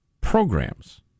programs